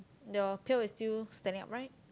your pail is still standing up right